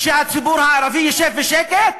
שהציבור הערבי ישב בשקט?